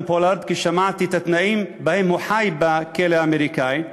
פולארד כששמעתי על התנאים שבהם הוא חי בכלא האמריקני.